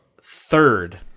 third